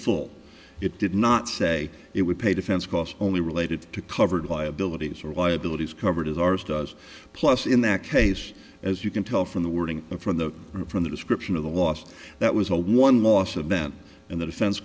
full it did not say it would pay defense costs only related to covered liabilities or liabilities covered as ours does plus in that case as you can tell from the wording from the from the description of the loss that was a one loss event and the defense